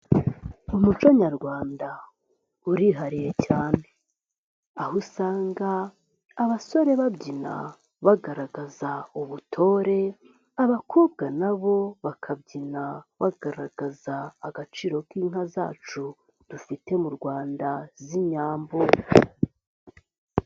Umuco nyarwanda urihariye cyane aho usanga abasore babyina bagaragaza ubutore, abakobwa nabo bakabyina bagaragaza agaciro k'inka zacu dufite mu Rwanda z'inyambo.